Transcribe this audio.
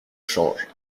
changent